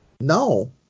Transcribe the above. no